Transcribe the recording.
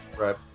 Right